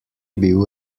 bil